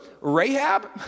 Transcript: Rahab